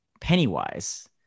Pennywise